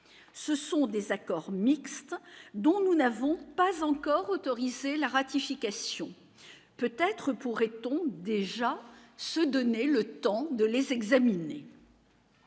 ce sont des accords mixtes dont nous n'avons pas encore autorisé la ratification, peut-être pourrait-on déjà se donner le temps de les examiner.